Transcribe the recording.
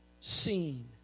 seen